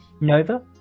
Nova